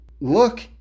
look